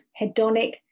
hedonic